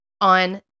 on